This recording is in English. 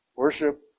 Worship